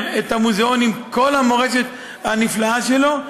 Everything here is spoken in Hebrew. את המוזיאון עם על המורשת הנפלאה שלו,